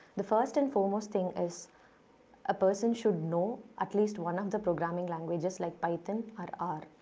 the first and foremost thing is a person should know at least one of the programming languages like python or r.